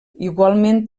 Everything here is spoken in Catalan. igualment